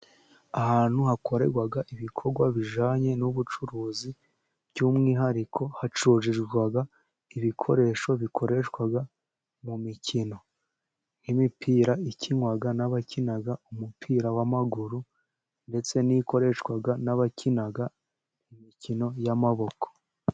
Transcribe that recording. Ahantu hakorerwa ibikorwa bijyanye n'ubucuruzi, by'umwihariko hacururizwa ibikoresho bikoreshwa mu mikino nk'imipira ikinwa n'abakina umupira w'amaguru, ndetse n'ikoreshwa n'abakinaga imikino y'amaboko.